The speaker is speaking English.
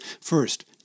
First